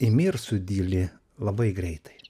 imi ir sudyli labai greitai